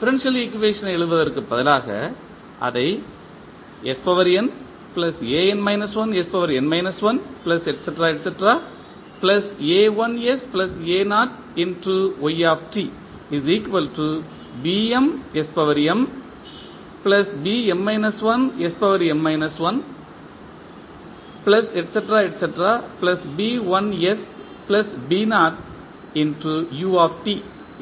differential equation ஐ எழுதுவதற்கு பதிலாக அதை